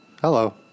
Hello